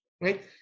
Right